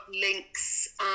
links